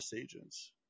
agents